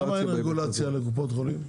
למה אין רגולציה על קופות החולים?